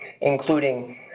including